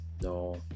No